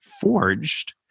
forged